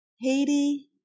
Haiti